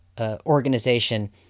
organization